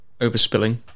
overspilling